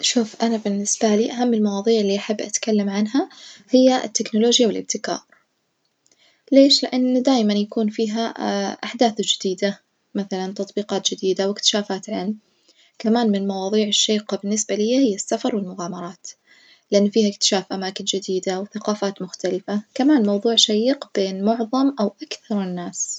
شوف أنا بالنسبة لي أهم المواظيع اللي أحب أتكلم عنها هي التكنولوجيا والإبتكار، ليش؟ لأن دايمًا يكون فيها أحداث جديدة مثلًا تطبيقات جديدة وإكتشافات، كمان من المواظيع الشيقة بالنسبة لي هي السفر والمغامرات، لأن فيها إكتشاف أماكن جديدة وثقافات مختلفة كمان موظوع شيق بين معظم أو أكثر الناس.